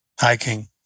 hiking